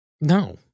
No